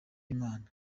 imana